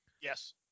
Yes